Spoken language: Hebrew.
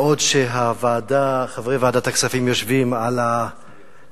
בעוד חברי ועדת הכספים יושבים לדון